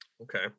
Okay